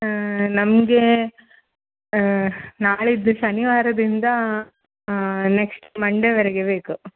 ಹಾಂ ನಮಗೆ ನಾಳಿದ್ದು ಶನಿವಾರದಿಂದ ನೆಕ್ಸ್ಟ್ ಮಂಡೇವರೆಗೆ ಬೇಕು